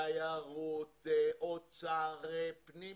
תיירות, אוצר, פנים.